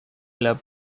club